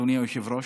אדוני היושב-ראש.